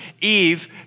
Eve